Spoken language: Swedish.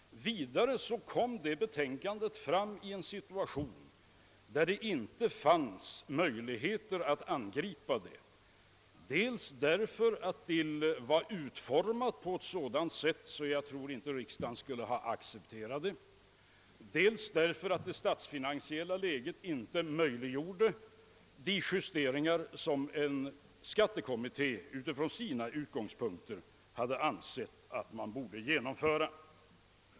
Vidare framlades detta betänkande i en situation, där det inte fanns möjligheter att angripa det, dels därför att det var utformat på ett sådant sätt att jag inte tror att riksdagen skulle ha accepterat det, dels därför att det statsfinansiella läget inte möjliggjorde de justeringar, som en skattekommitté från sina utgångspunkter hade ansett att man borde genomföra.